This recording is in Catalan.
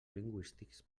lingüístics